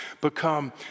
become